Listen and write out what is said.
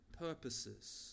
purposes